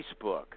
Facebook